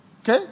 Okay